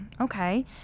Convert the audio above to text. Okay